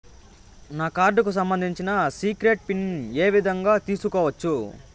నా కార్డుకు సంబంధించిన సీక్రెట్ పిన్ ఏ విధంగా తీసుకోవచ్చు?